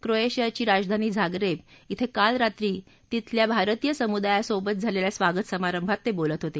क्रोएशियाची राजधानी झागरेब क्रिं काल रात्री तिथल्या भारतीय समुदायासोबत झालेल्या स्वागत समारंभात ते बोलत होते